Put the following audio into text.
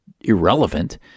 irrelevant